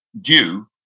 due